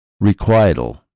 requital